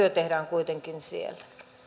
työ tehdään kuitenkin siellä